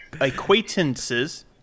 acquaintances